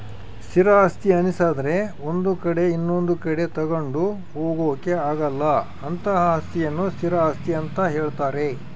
ಸ್ಥಿರ ಆಸ್ತಿ ಅನ್ನಿಸದ್ರೆ ಒಂದು ಕಡೆ ಇನೊಂದು ಕಡೆ ತಗೊಂಡು ಹೋಗೋಕೆ ಆಗಲ್ಲ ಅಂತಹ ಅಸ್ತಿಯನ್ನು ಸ್ಥಿರ ಆಸ್ತಿ ಅಂತ ಹೇಳ್ತಾರೆ